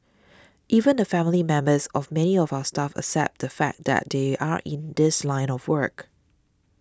even the family members of many of our staff accept the fact that they are in this line of work